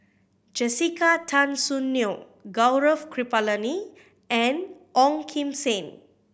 Jessica Tan Soon Neo Gaurav Kripalani and Ong Kim Seng